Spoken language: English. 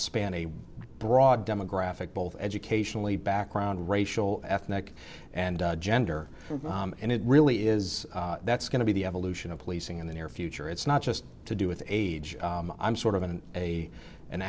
span a broad demographic both educationally background racial ethnic and gender and it really is that's going to be the evolution of policing in the near future it's not just to do with age i'm sort of an a an